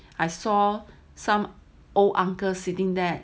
I saw some old uncles sitting there